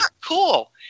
Cool